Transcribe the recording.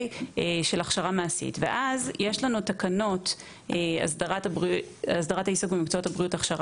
יש לנו הרבה מאוד מקצועות בריאות ויהיו